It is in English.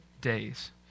days